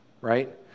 right